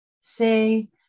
Say